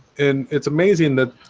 and it's amazing that